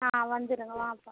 ஆமாம் வந்துருங்க வாப்பா